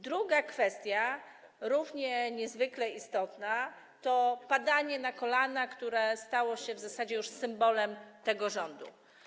Druga kwestia, również niezwykle istotna, to padanie na kolana, które stało się już w zasadzie symbolem tego rządu.